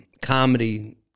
Comedy